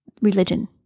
religion